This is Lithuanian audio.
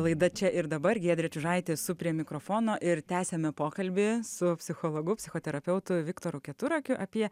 laida čia ir dabar giedrė čiužaitė esu prie mikrofono ir tęsiame pokalbį su psichologu psichoterapeutu viktoru keturakiu apie